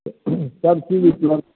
सबचीज ऊपलब्ध